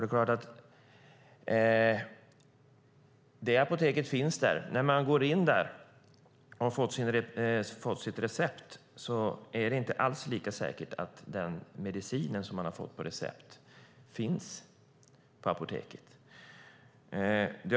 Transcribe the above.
När man har fått sitt recept och går in på apoteket är det inte alls säkert att den medicin som man har fått på recept finns på apoteket.